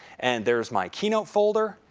and there's my keynote folder.